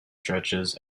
stretches